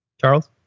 Charles